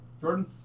Jordan